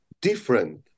different